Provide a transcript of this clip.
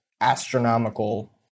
astronomical